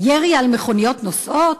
ירי על מכוניות נוסעות,